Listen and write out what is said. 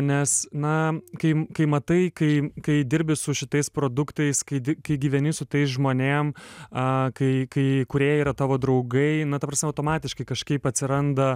nes na kai kai matai kai kai dirbi su šitais produktais kai di kai gyveni su tais žmonėm a kai kai kurie yra tavo draugai na ta prasme automatiškai kažkaip atsiranda